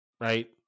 Right